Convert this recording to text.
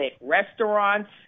Restaurants